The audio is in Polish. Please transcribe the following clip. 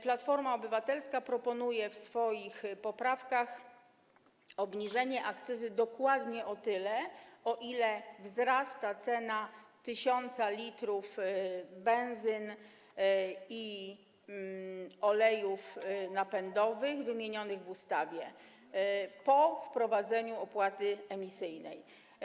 Platforma Obywatelska proponuje w swoich poprawkach obniżenie akcyzy dokładnie o tyle, o ile wzrasta cena tysiąca litrów benzyny i olejów napędowych, wymienionych w ustawie, po wprowadzeniu opłaty emisyjnej.